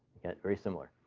very similar.